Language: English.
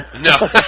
no